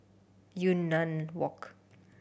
Yunnan Walk